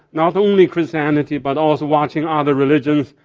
not only christianity but also watching other religion.